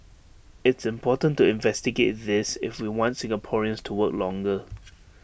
it's important to investigate this if we want Singaporeans to work longer